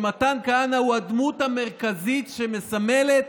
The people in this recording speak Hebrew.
ומתן כהנא הוא הדמות המרכזית שמסמלת